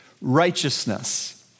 righteousness